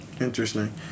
interesting